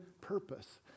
purpose